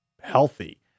healthy